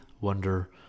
wonder